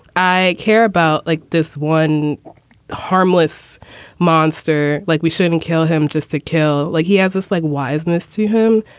i care about like this one harmless monster. like we shouldn't kill him just to kill. like he has this, like, wildness to him.